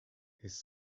his